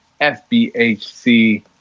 FBHC